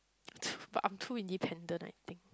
too I'm too independent I think